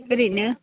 ओरैनो